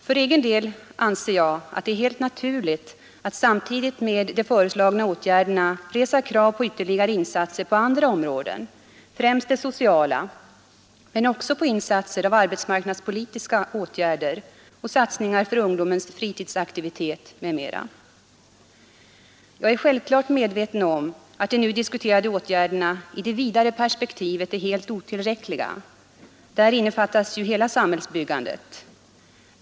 För egen del anser jag det helt naturligt att samtidigt med de föreslagna åtgärderna resa krav på ytterligare insatser inom andra områden, främst det sociala, men också på insatser inom det arbetsmarknadspolitiska området, satsningar för ungdomars fritidsaktivitet osv. Jag är självfallet medveten om att de nu diskuterade åtgärderna i det vidare perspektivet är helt otillräckliga — där innefattas ju hela samhällsbyggandet.